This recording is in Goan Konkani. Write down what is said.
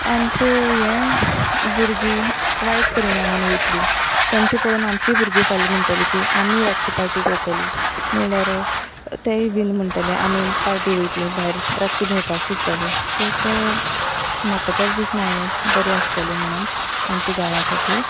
आमची वायट परिणामान वयतली तेंचे पळोवन आमची भुरगीं फाल्यां म्हणटली की आमी रातची पार्टी करतलीं म्हणल्यार तेय बीन म्हणटले आमी पार्टी वयतली भायर रातची भोंवपाक शिकतली सो ते म्हाका तर दिसना हें बरें आसतले म्हणून आमच्या गांवा खातीर